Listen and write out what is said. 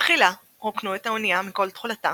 תחילה רוקנו את האונייה מכל תכולתה